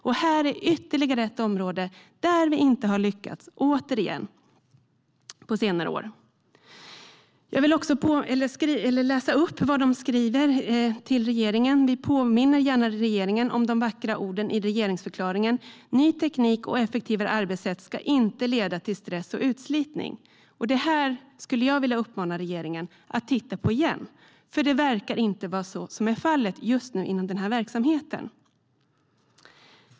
Det här är återigen ett område där vi inte har lyckats på senare år. Jag vill läsa upp vad Seko skriver till regeringen: Vi påminner gärna regeringen om de vackra orden i regeringsförklaringen: Ny teknik och effektivare arbetssätt ska inte leda till stress eller utslitning. Det här skulle jag vilja uppmana regeringen att titta på igen, för det verkar inte vara så som är fallet just inom den här verksamheten.